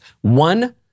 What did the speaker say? One